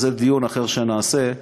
זה דיון אחר שנעשה,